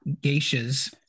geishas